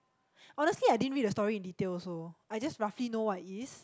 honestly I didn't read the story in detail also I just roughly know what it is